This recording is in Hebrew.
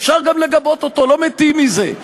אפשר גם לגבות אותו, לא מתים מזה.